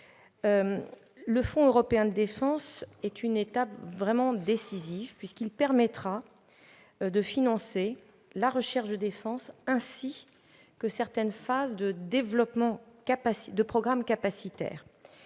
Le fonds européen de la défense est une étape vraiment décisive puisqu'il permettra de financer la recherche de défense ainsi que certaines phases de développement de programmes capacitaires,